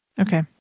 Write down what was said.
Okay